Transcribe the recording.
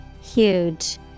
Huge